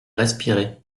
respirer